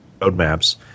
roadmaps